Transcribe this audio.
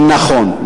נכון.